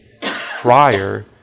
prior